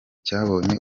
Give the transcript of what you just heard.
cyabonye